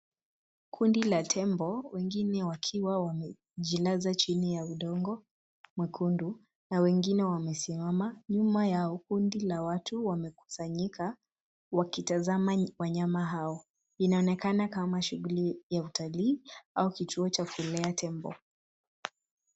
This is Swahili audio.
Kundi la tembo wengine wakiwa wamejilaza chini ya udongo mwekundu, na wengine wamesimama. Nyuma yao kundi la watu wamekusanyika, wakitazama wanyama hao. Inaonekana kama shughuli ya utalii au kituo cha kulea tembo.